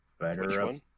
Better